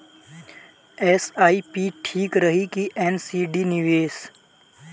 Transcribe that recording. SIP ठीक रही कि एन.सी.डी निवेश?